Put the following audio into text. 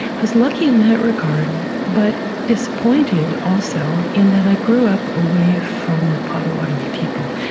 i was lucky in that regard, but disappointed also, in that i grew up away from the potawatomi people,